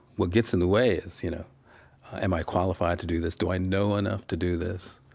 what gets in the way is, you know am i qualified to do this? do i know enough to do this?